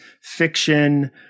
fiction